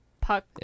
Puck